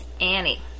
Annie